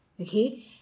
okay